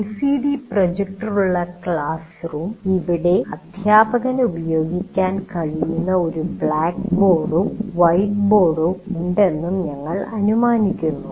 LCD projector ഉള്ള classroom ഇവിടെ അധ്യാപകന് ഉപയോഗിക്കാൻ കഴിയുന്ന ഒരു ബ്ലാക്ക് ബോർഡോ വൈറ്റ്ബോർഡോ ഉണ്ടെന്ന് ഞങ്ങൾ അനുമാനിക്കുന്നു